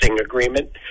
agreement